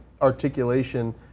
articulation